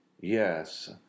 Yes